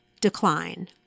decline